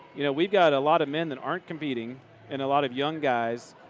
you know, we've got a lot of men that aren't competing and a lot of young guys.